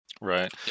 Right